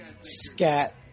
Scat